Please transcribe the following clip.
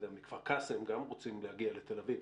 מכפר קאסם רוצים להגיע לתל אביב.